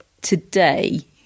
today